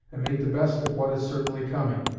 and make the best of what is certainly coming,